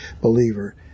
believer